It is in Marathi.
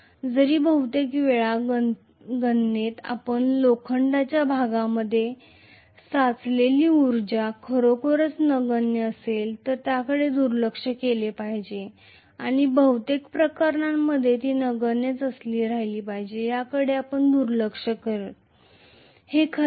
जरी बहुतेक वेळा गणनेत आपण लोखंडाच्या भागामध्ये साचलेली उर्जा खरोखरच नगण्य असेल तर त्याकडे दुर्लक्ष केले पाहिजे आणि बहुतेक प्रकरणांमध्ये ती नगण्यच राहिली तरच याकडे आपण दुर्लक्ष करतो हे खरे आहे